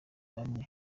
bamwe